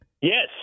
Yes